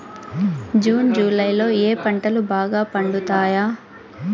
June July లో ఏ పంటలు బాగా పండుతాయా?